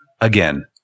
again